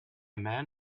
man